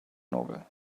nobel